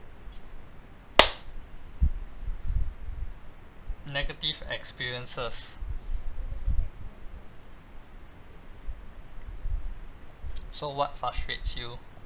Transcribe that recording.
negative experiences so what frustrates you